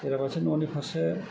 बेरा फारसे न'नि फारसे